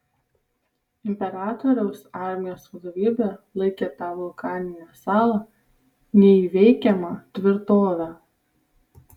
imperatoriaus armijos vadovybė laikė tą vulkaninę salą neįveikiama tvirtove